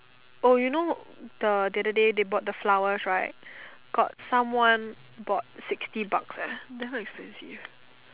oh you know the the other day they bought the flowers right got some one bought sixty bucks eh damn expensive